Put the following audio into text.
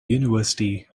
university